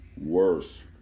worse